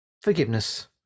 forgiveness